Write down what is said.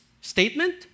statement